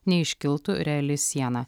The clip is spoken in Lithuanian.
neiškiltų reali siena